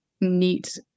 neat